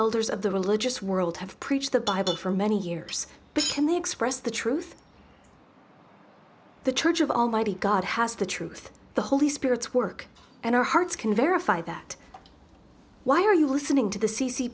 elders of the religious world have preached the bible for many years but they express the truth the church of almighty god has the truth the holy spirit's work and our hearts can verify that why are you listening to the c c